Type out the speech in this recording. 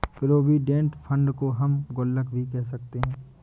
provident fund को हम गुल्लक भी कह सकते हैं